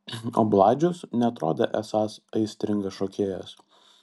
o bladžius neatrodė esąs aistringas šokėjas